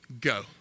go